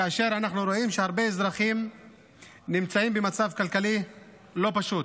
כאשר אנחנו רואים שהרבה אזרחים נמצאים במצב כלכלי לא פשוט,